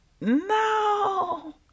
No